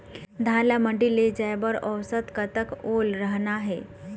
धान ला मंडी ले जाय बर औसत कतक ओल रहना हे?